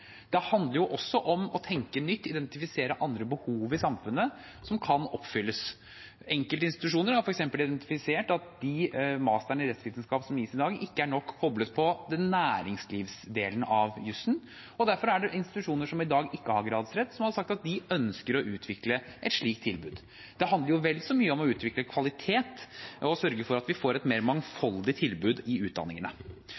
Det handler også om å tenke nytt og identifisere andre behov i samfunnet som kan oppfylles. Enkelte institusjoner har f.eks. identifisert at de masterne i rettsvitenskap som gis i dag, ikke er nok koblet på næringslivsdelen av jussen, og derfor er det institusjoner som i dag ikke har gradsrett, som har sagt at de ønsker å utvikle et slikt tilbud. Det handler vel så mye om å utvikle kvalitet og sørge for at vi får et mer